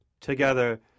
Together